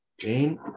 Jane